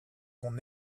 qu’on